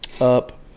up